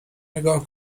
نگاه